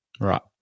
Right